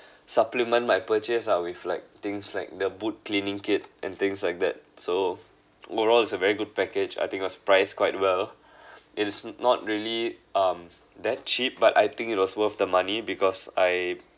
supplement my purchase ah with like things like the boot cleaning kit and things like that so over all it's a very good package I think it was priced quite well it is not really um that cheap but I think it was worth the money because I